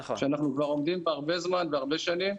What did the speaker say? שאנחנו כבר עומדים בה הרבה זמן והרבה שנים.